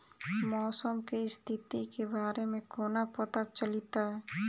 मौसम केँ स्थिति केँ बारे मे कोना पत्ता चलितै?